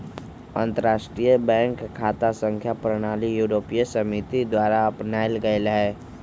अंतरराष्ट्रीय बैंक खता संख्या प्रणाली यूरोपीय समिति द्वारा अपनायल गेल रहै